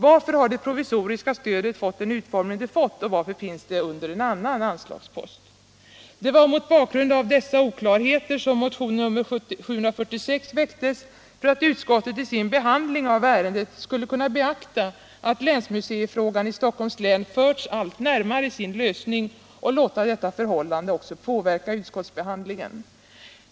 Varför har det provisoriska stödet fått den utformning det fått, och varför finns det under en annan anslagspost? Mot bakgrund av dessa oklarheter väcktes motionen 746 för att utskottet i sin behandling av ärendet skulle kunna beakta att länsmuseifrågan i Stockholms län förts allt närmare sin lösning och också låta detta förhållande påverka utskottsbehandlingen.